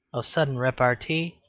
of sudden repartee,